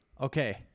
Okay